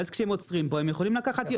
ואז כשהם עוצרים פה הם יכולים לקחת,